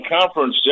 conference